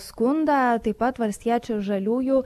skundą taip pat valstiečių ir žaliųjų